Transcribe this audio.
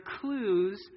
clues